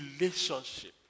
relationship